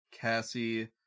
Cassie